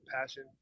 passion